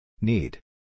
need